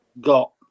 got